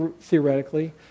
theoretically